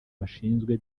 bashinzwe